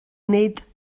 nid